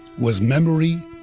was memory,